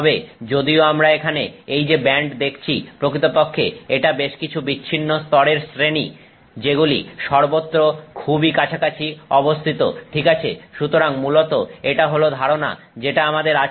তবে যদিও আমরা এখানে এই যে ব্যান্ড দেখছি প্রকৃতপক্ষে এটা বেশ কিছু বিচ্ছিন্ন স্তরের শ্রেণী যেগুলি সর্বত্র খুবই কাছাকাছি অবস্থিত ঠিক আছে সুতরাং মূলত এটা হল ধারণা যেটা আমাদের আছে